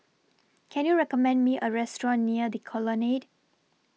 Can YOU recommend Me A Restaurant near The Colonnade